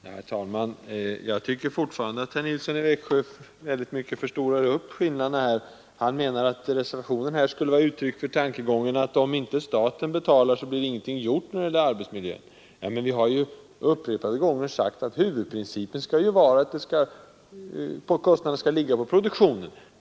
Herr talman! Jag tycker fortfarande att herr Nilsson i Växjö förstorar upp skillnaderna. Han menar att reservationen 3 skulle vara ett uttryck för tankegången att om inte staten betalar så blir ingenting gjort när det gäller arbetsmiljön. Men vi har ju upprepade gånger sagt att huvudprincipen skall vara, att kostnaderna skall ligga på produktionen.